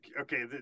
okay